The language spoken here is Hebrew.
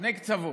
שני קצוות.